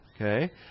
Okay